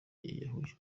yiyahuye